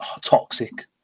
toxic